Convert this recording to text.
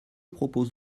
propose